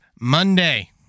Monday